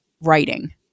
writing